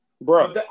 bro